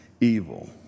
evil